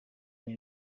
زبون